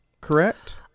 correct